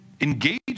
engage